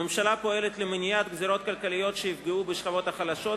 הממשלה פועלת למניעת גזירות כלכליות שיפגעו בשכבות החלשות,